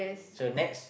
so next